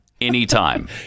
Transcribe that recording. anytime